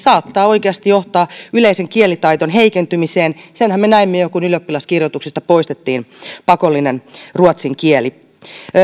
tämä saattaa oikeasti johtaa yleisen kielitaidon heikentymiseen senhän me näimme jo kun ylioppilaskirjoituksista poistettiin pakollinen ruotsin kieli